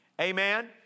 Amen